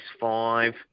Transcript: five